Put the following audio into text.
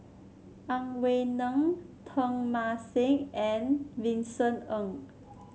Ang Wei Neng Teng Mah Seng and Vincent Ng